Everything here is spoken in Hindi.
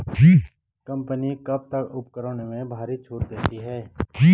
कंपनी कब कब उपकरणों में भारी छूट देती हैं?